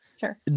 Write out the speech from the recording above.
Sure